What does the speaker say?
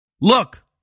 Look